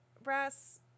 brass